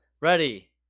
Ready